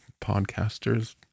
podcasters